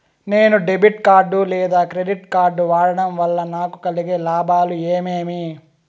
నేను debit card లేదా credit card వాడడం వల్ల నాకు కలిగే లాభాలు ఏమేమీ?